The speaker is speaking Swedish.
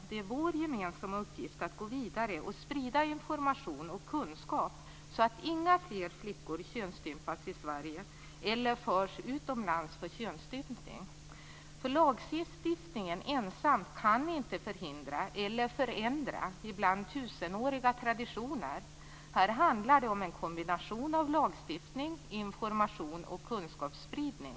Det är vår gemensamma uppgift att gå vidare och sprida information och kunskap så att inga fler flickor könsstympas i Sverige eller förs utomlands för könsstympning. Lagstiftningen ensam kan inte förhindra eller förändra ibland tusenåriga traditioner. Här handlar det om en kombination av lagstiftning, information och kunskapsspridning.